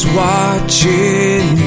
watching